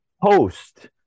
host